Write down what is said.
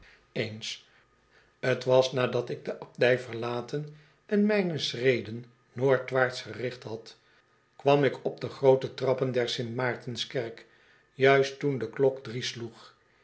eens t was nadat ik de abdij verlaten en mijne schreden noordwaarts gericht had kwam ik op de groote trappen der st maartenskerk juist toen de klok drie sloeg